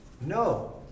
No